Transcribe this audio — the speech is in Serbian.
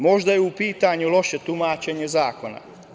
Možda je u pitanju loše tumačenje zakona.